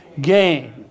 gain